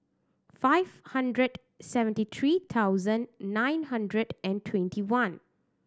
five hundred seventy three thousand nine hundred and twenty one